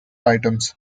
items